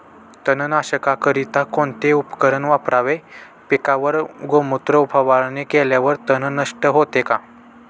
तणनाशकाकरिता कोणते उपकरण वापरावे? पिकावर गोमूत्र फवारणी केल्यावर तण नष्ट होते का?